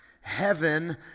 Heaven